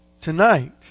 tonight